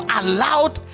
allowed